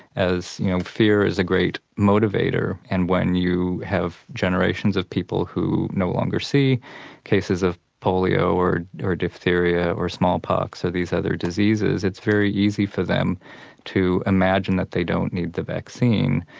as you know fear is a great motivator and when you have generations of people who no longer see cases of polio or or diphtheria or smallpox or these other diseases, it's very easy for them to imagine that they don't need the vaccine,